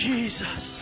Jesus